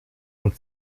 und